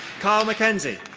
paul mckenzie.